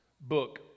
book